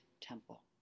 temple